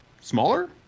smaller